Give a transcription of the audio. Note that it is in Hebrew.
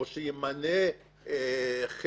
או שימנה חבר